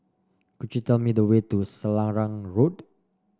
could you tell me the way to Selarang Road